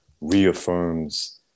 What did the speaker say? reaffirms